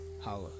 holla